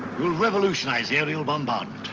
we'll revolutionize the aerial bombardment.